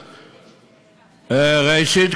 ראשית,